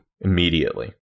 immediately